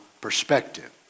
perspective